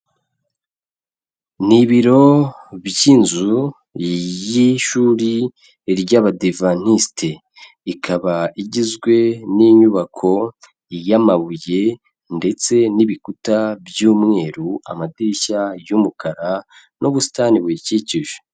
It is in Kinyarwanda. Ni ibiro by'inzu y'ishuri ry'Abadiventisiti, ikaba igizwe n'inyubako y'amabuye ndetse n'ibikuta by'umweru, amadirishya y'umukara n'ubusitani buyikikije.